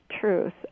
truth